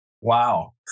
Wow